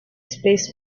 space